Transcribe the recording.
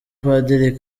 padiri